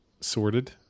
sorted